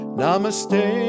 namaste